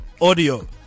Audio